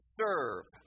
serve